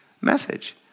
message